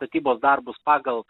statybos darbus pagal